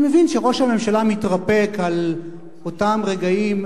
אני מבין שראש הממשלה מתרפק על אותם רגעים